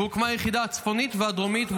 והוקמו היחידה הצפונית והדרומית.